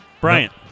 Bryant